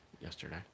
yesterday